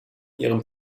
ihrem